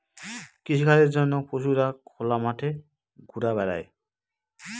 কৃষিকাজের জন্য পশুরা খোলা মাঠে ঘুরা বেড়ায়